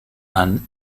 han